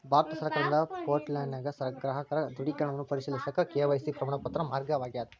ಭಾರತ ಸರ್ಕಾರದಿಂದ ಪೋರ್ಟಲ್ನ್ಯಾಗ ಗ್ರಾಹಕರ ದೃಢೇಕರಣವನ್ನ ಪರಿಶೇಲಿಸಕ ಕೆ.ವಾಯ್.ಸಿ ಪ್ರಮಾಣಿತ ಮಾರ್ಗವಾಗ್ಯದ